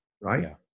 right